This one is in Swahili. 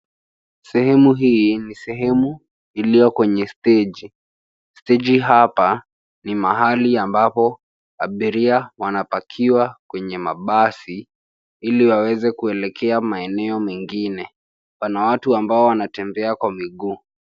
Sehemu hii ni sehemu iliyo kwenye steji. Steji hapa ni mahali ambapo abiria wanapakiwa kwenye mabasi ili waweze kuelekea maeneo mengine. Pana watu ambao wanatembea kwa miguu.